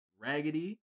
raggedy